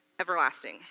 everlasting